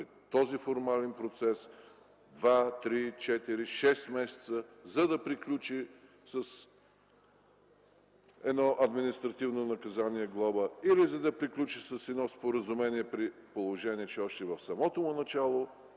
този формален процес – 2, 3, 4, 6 месеца, за да приключи с едно административно наказание глоба, или да приключи със споразумение при положение, че още в самото му начало